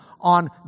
on